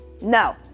No